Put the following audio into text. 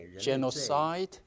genocide